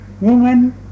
woman